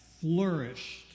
flourished